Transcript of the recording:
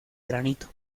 granito